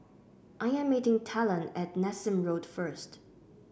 I am meeting Talen at Nassim Road first